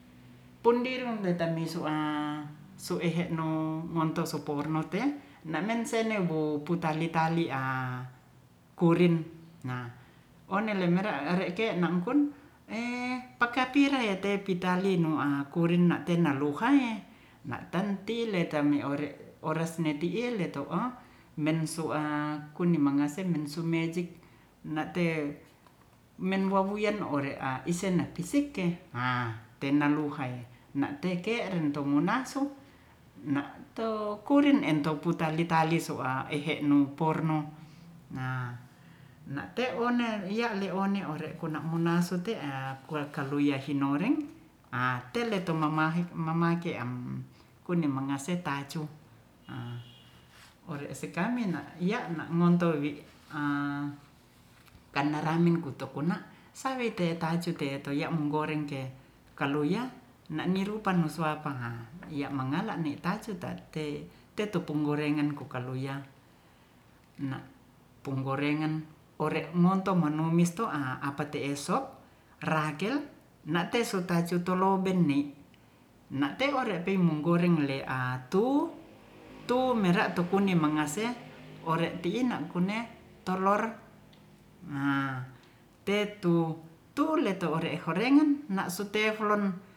Pundi ru retami sua su ehe no ngonto su pornote namen sene wo putali tali kurin onele mera ole kena kun taka pire te pitalingo akuring na te na luhaiena tonti le tami ore ores ne ti i ne to o nensua kuni mangase men sumejik na te men owuyen ore isena pisike tena luhai na teke ren to mnaso na to kurin ento putali tali soa ehe no porno na te one one ya e one ore kuna una suti kua kanuya hinoreng tele to mamake kuni mangase tacu ore sikame na ya na ngonto wi karna raming kuto kona sawi te taju te koya mugoreng ke kaluya nani rupa no suappa ya mangala ne tacu ta te tetu punggorengan tupunggorengan kokaluya na punggorengan ore monto manumis to apa te esok rakel na te so ta tu colo beni na te ware punggorenh le atutu mera tu kuni mangase ore ti'i na kune tolor teto tu le hole horengan na su tellon